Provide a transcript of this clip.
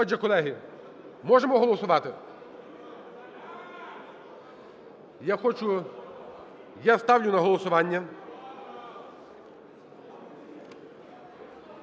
Отже, колеги, можемо голосувати? Я хочу… Я ставлю на голосування